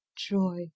Troy